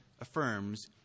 affirms